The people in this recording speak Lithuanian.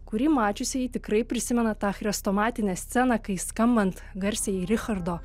kurį mačiusieji tikrai prisimena tą chrestomatinę sceną kai skambant garsiajai richardo